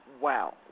wow